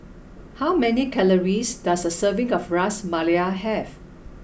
how many calories does a serving of Ras Malai have